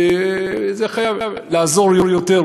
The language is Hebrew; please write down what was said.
זה חייב לעזור יותר,